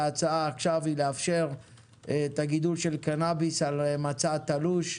וההצעה עכשיו היא לאפשר את הגידול של קנביס על מצע תלוש,